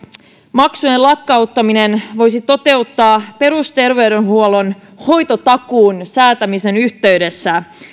maksujen lakkauttamisen voisi toteuttaa perusterveydenhuollon hoitotakuun säätämisen yhteydessä